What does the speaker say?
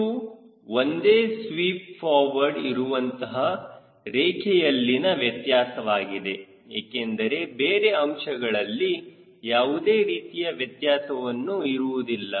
ಇದು ಒಂದೇ sweep forward ಇರುವಂತಹ ರೇಖೆಯಲ್ಲಿನ ವ್ಯತ್ಯಾಸವಾಗಿದೆ ಏಕೆಂದರೆ ಬೇರೆ ಅಂಶಗಳಲ್ಲಿ ಯಾವುದೇ ರೀತಿಯ ವ್ಯತ್ಯಾಸವೂ ಇರುವುದಿಲ್ಲ